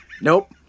Nope